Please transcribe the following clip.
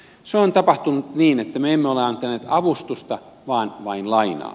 se on tapahtunut niin että me emme ole antaneet avustusta vaan vain lainaa